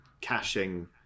caching